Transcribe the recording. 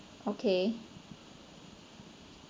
okay